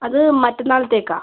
അത് മറ്റന്നാളത്തേക്കാണ്